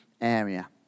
area